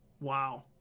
Wow